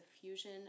fusion